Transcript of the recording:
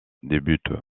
débute